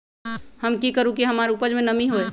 हम की करू की हमार उपज में नमी होए?